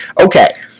Okay